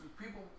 people